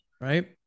Right